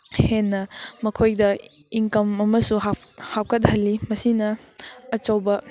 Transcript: ꯍꯦꯟꯅ ꯃꯈꯣꯏꯗ ꯏꯟꯀꯝ ꯑꯃꯁꯨ ꯍꯥꯞꯀꯠꯍꯜꯂꯤ ꯃꯁꯤꯅ ꯑꯆꯧꯕ